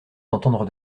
d’entendre